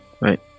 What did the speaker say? Right